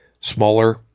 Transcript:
smaller